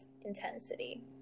intensity